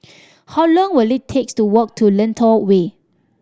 how long will it takes to walk to Lentor Way